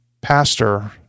pastor